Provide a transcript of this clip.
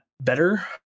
better